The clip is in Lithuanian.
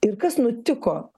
ir kas nutiko